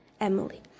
Emily